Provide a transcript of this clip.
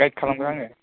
guide खालामग्रा आङो